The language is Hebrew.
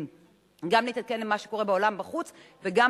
גם להתעדכן במה שקורה בעולם בחוץ וגם